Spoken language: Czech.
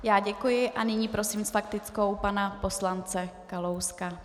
Já děkuji a nyní prosím s faktickou pana poslance Kalouska.